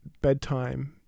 bedtime